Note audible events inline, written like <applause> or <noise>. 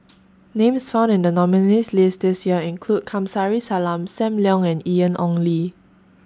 <noise> Names found in The nominees' list This Year include Kamsari Salam SAM Leong and Ian Ong Li